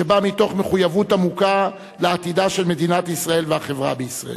שבא מתוך מחויבות עמוקה לעתיד של מדינת ישראל והחברה בישראל.